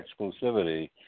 exclusivity